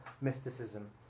mysticism